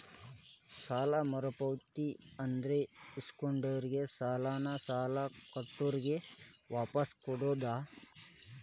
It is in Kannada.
ಸಾಲ ಮರುಪಾವತಿ ಅಂದ್ರ ಇಸ್ಕೊಂಡಿರೋ ಸಾಲಾನ ಸಾಲ ಕೊಟ್ಟಿರೋರ್ಗೆ ವಾಪಾಸ್ ಕೊಡೋದ್